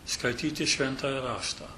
skaityti šventąjį raštą